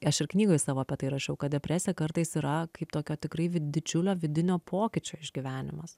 aš ir knygoj savo apie tai rašiau kad depresija kartais yra kaip tokio tikrai didžiulio vidinio pokyčio išgyvenimas